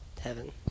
heaven